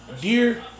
Deer